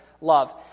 love